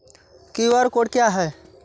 QR code क्या है?